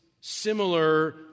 similar